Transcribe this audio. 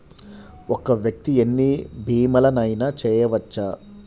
ఒక్క వ్యక్తి ఎన్ని భీమలయినా చేయవచ్చా?